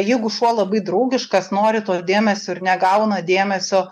jeigu šuo labai draugiškas nori to dėmesio ir negauna dėmesio